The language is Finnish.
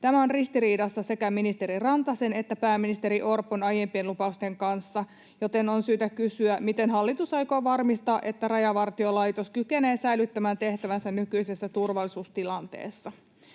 Tämä on ristiriidassa sekä ministeri Rantasen että pääministeri Orpon aiempien lupausten kanssa, joten on syytä kysyä, miten hallitus aikoo varmistaa, että Rajavartiolaitos kykenee säilyttämään tehtävänsä nykyisessä turvallisuustilanteessa?